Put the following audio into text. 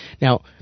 Now